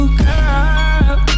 girl